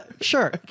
Sure